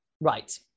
Right